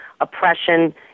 oppression